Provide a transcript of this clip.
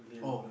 oh